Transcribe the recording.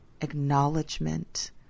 Acknowledgement